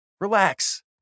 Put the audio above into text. Relax